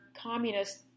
communist